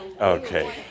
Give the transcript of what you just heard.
Okay